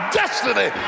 destiny